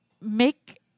make